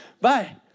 bye